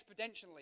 exponentially